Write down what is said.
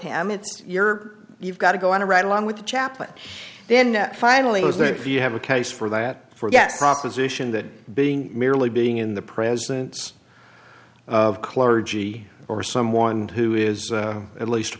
it's your you've got to go on a ride along with the chaplain then finally as if you have a case for that forget proposition that being merely being in the presence of clergy or someone who is at least a